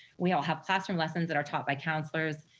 we all have classroom lessons that are taught by counselors,